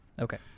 okay